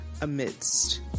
amidst